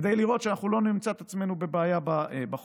כדי לראות שאנחנו לא נמצא את עצמנו בבעיה בחורף.